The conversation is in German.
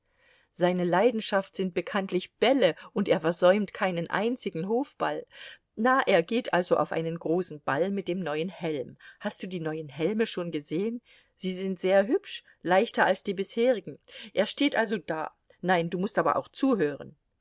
seine leidenschaft sind bekanntlich bälle und er versäumt keinen einzigen hofball na er geht also auf einen großen ball mit dem neuen helm hast du die neuen helme schon gesehen sie sind sehr hübsch leichter als die bisherigen er steht also so da nein du mußt aber auch zuhören